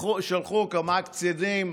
שלחו כמה קצינים,